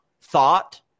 thought